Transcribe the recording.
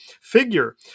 figure